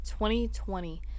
2020